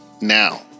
now